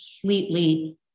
completely